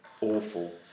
Awful